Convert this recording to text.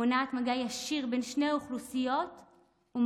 מונע מגע ישיר בין שתי האוכלוסיות ומרחיק